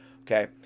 okay